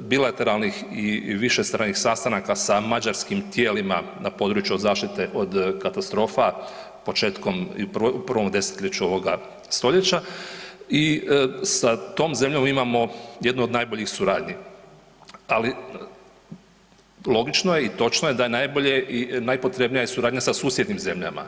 bilateralnih i višestranih sastanaka sa mađarskim tijelima na području zaštite od katastrofa, početkom i u prvom desetljeću ovoga stoljeća i sa tom zemljom imamo jednu od najboljih suradnji, ali logično je i točno je da najbolje i najpotrebnija je suradnja sa susjednim zemljama.